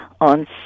on